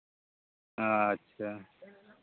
ᱟᱪᱪᱷᱟ